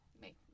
make